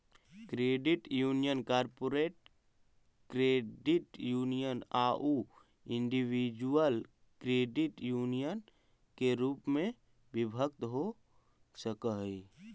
credit union corporate credit union आउ individual credit union के रूप में विभक्त हो सकऽ हइ